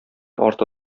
арты